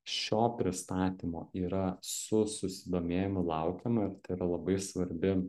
šio pristatymo yra su susidomėjimu laukiama ir tai yra labai svarbi